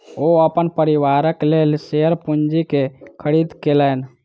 ओ अपन परिवारक लेल शेयर पूंजी के खरीद केलैन